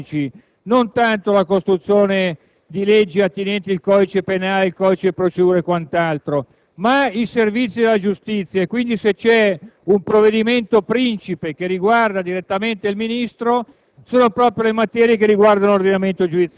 non tanto la predisposizione dei codici, non tanto l'elaborazione di leggi attinenti al codice penale, ai codici di procedura e quant'altro, ma i servizi della giustizia. Dunque, se esiste un provvedimento principe che riguarda direttamente il Ministro